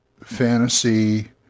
fantasy